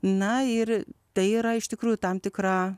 na ir tai yra iš tikrųjų tam tikra